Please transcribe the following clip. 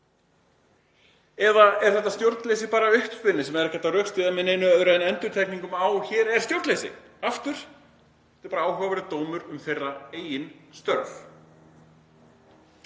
Eða er þetta stjórnleysi bara uppspuni sem er ekki hægt að rökstyðja með neinu öðru en endurtekningum á því að hér sé stjórnleysi? Aftur: Þetta er bara áhugaverður dómur um þeirra eigin störf.